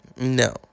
No